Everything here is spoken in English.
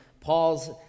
Paul's